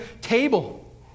table